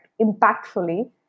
impactfully